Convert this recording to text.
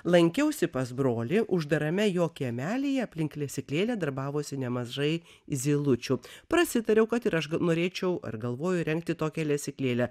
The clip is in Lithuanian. lankiausi pas brolį uždarame jo kiemelyje aplink lesyklėlę darbavosi nemažai zylučių prasitariau kad ir aš g norėčiau ar galvoju įrengti tokią lesyklėlę